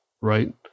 right